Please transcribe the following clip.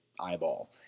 eyeball